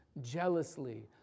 jealously